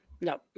No